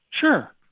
Sure